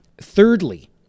thirdly